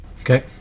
Okay